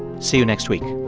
see you next week